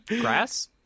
Grass